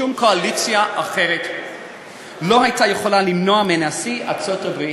שום קואליציה אחרת לא הייתה יכולה למנוע מנשיא ארצות-הברית,